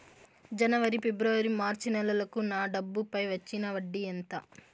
జనవరి, ఫిబ్రవరి, మార్చ్ నెలలకు నా డబ్బుపై వచ్చిన వడ్డీ ఎంత